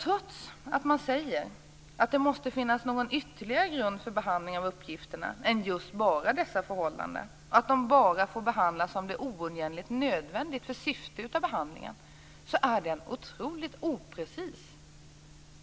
Trots att man säger att det måste finnas någon ytterligare grund för behandling av uppgifterna än just bara dessa förhållanden, att de bara får behandlas om det är oundgängligen nödvändigt för syftet med behandlingen, är det en otroligt oprecis